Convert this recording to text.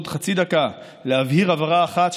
עוד חצי דקה להבהיר הבהרה אחת,